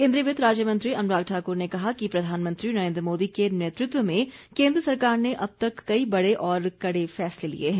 केन्द्रीय वित्त राज्य मंत्री अनुराग ठाकुर ने कहा कि प्रधानमंत्री नरेन्द्र मोदी के नेतृत्व में केन्द्र सरकार ने अब तक कई बड़े और कड़े फैसले लिए हैं